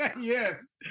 yes